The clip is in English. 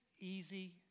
easy